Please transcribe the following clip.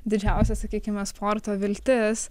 didžiausia sakykime sporto viltis